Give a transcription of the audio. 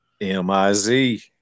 M-I-Z